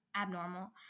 abnormal